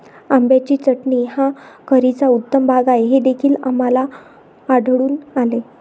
आंब्याची चटणी हा करीचा उत्तम भाग आहे हे देखील आम्हाला आढळून आले